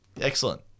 excellent